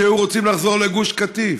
שהיו רוצים לחזור לגוש קטיף,